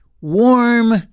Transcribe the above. warm